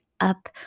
up